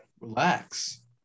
Relax